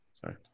Sorry